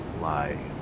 lie